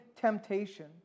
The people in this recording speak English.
temptation